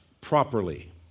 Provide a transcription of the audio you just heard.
properly